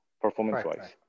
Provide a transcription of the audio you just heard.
performance-wise